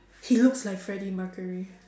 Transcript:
he looks like Freddie-Mercury